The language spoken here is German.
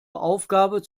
aufgabe